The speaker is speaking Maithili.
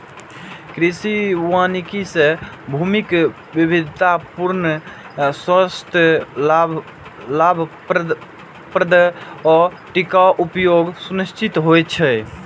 कृषि वानिकी सं भूमिक विविधतापूर्ण, स्वस्थ, लाभप्रद आ टिकाउ उपयोग सुनिश्चित होइ छै